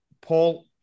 Paul